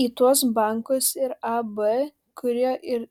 į tuos bankus ir ab kurie ir